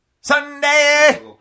Sunday